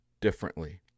differently